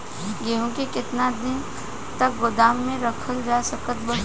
गेहूँ के केतना दिन तक गोदाम मे रखल जा सकत बा?